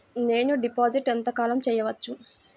నేను డిపాజిట్ ఎంత కాలం చెయ్యవచ్చు?